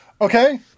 Okay